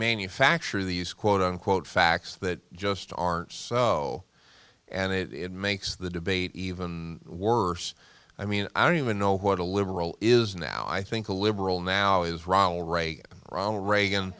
manufacture these quote unquote facts that just aren't and it makes the debate even worse i mean i don't even know what a liberal is now i think a liberal now is ronald reagan ronald reagan